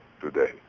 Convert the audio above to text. today